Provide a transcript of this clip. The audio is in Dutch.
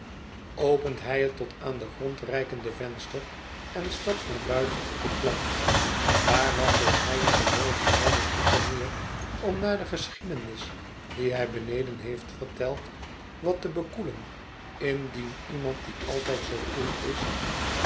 opent hij het tot aan den grond reikende venster en stapt naar buiten jop het plat daar wandelt hij in dezelfde houding op en neer om na de geschiedenis die hij beneden heeft verteld wat te bekoelen indien iemand die altijd zoo koel is